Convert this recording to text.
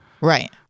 Right